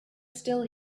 still